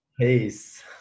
Peace